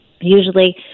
Usually